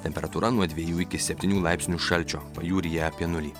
temperatūra nuo dviejų iki septynių laipsnių šalčio pajūryje apie nulį